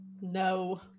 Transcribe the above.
No